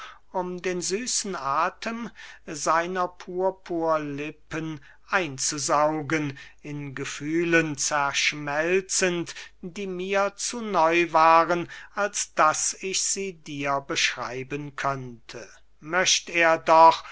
um den süßen athem seiner purpurlippen einzusaugen in gefühlen zerschmelzend die mir zu neu waren als daß ich sie dir beschreiben könnte möcht er doch